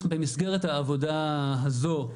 במסגרת העבודה הזו,